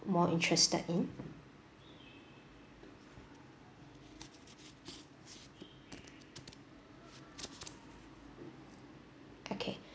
more interested in okay